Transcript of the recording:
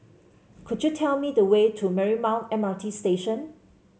could you tell me the way to Marymount M R T Station